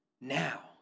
now